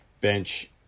bench